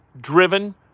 driven